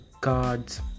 cards